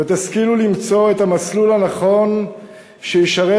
ותשכילו למצוא את המסלול הנכון שישרת